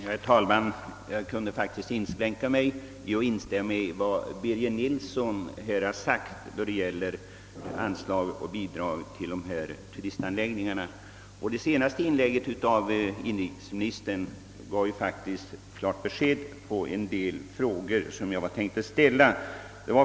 Herr talman! Jag skulle faktiskt kunna inskränka mig till att instämma i vad herr Nilsson i Östersund sagt beträffande anslag och bidrag till dessa turistanläggningar. Det senaste inlägget av inrikesministern gav också klara besked i en del frågor jag tänkte ställa.